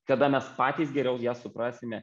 kada mes patys geriau ją suprasime